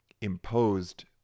imposed